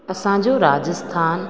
असांजो राजस्थान